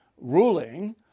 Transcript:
ruling